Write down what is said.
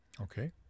Okay